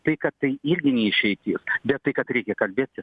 tai kad tai irgi ne išeitis bet tai kad reikia kalbėti